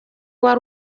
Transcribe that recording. uwari